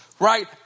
Right